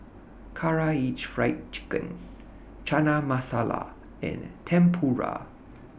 Karaage Fried Chicken Chana Masala and Tempura